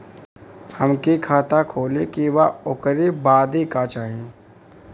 हमके खाता खोले के बा ओकरे बादे का चाही?